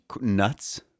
nuts